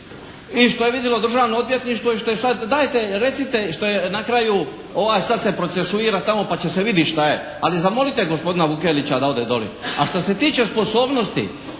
i što je vidjelo Državno odvjetništvo i što je sad, dajte recite i što je na kraju sada se procesuira tamo pa će se vidjeti šta je, ali zamolite gospodina Vukelića da ode doli. A što se tiče sposobnosti